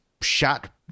shot